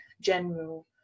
general